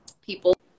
people